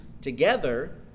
together